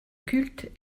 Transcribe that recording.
culte